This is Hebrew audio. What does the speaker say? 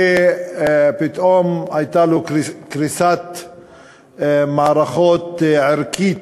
שפתאום הייתה לו קריסת מערכות ערכית.